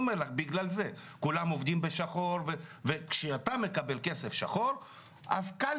כולם עובדים בשחור וכשאתה מקבל כסף שחור קל